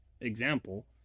example